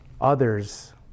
others